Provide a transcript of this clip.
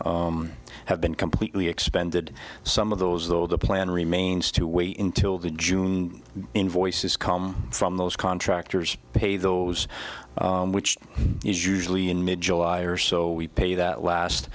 those have been completely expended some of those though the plan remains to wait until the june invoices come from those contractors pay those which is usually in mid july or so we pay that last